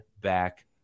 back